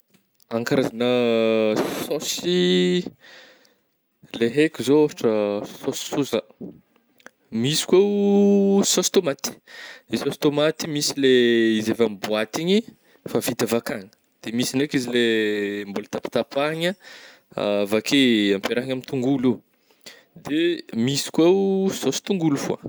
An karazagna saosy le haiko zao ôhatra saosy soja, misy ko saosy tômaty, i saosy tômaty misy le izy avy amin'ny boaty igny efa vita avy ankagny, de misy ndraiky izy le mbola tapatapahigna avy akeo ampiarahigna aminà tongolo ô, de misy kô oh saosy tongolo fô ah.